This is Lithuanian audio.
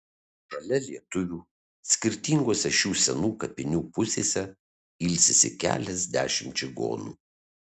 šalia lietuvių skirtingose šių senų kapinių pusėse ilsisi keliasdešimt čigonų